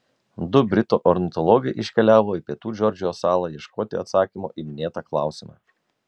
du britų ornitologai iškeliavo į pietų džordžijos salą ieškoti atsakymo į minėtą klausimą